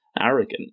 arrogant